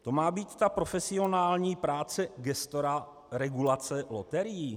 To má být ta profesionální práce gestora regulace loterií?